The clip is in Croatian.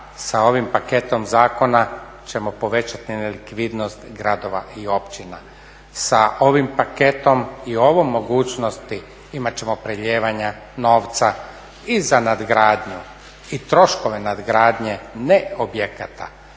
sa ovim paketom zakona ćemo povećati nelikvidnost gradova i općina. Sa ovim paketom i ovom mogućnošću imati ćemo prelijevanja novca i za nadgradnju i troškove nadgradnje ne objekata.